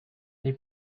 they